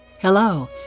Hello